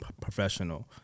professional